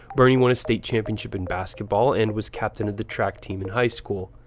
bernie won a state championship in basketball and was captain of the track team in high school.